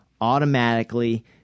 automatically